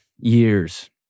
years